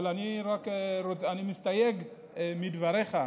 אבל אני מסתייג מדבריך,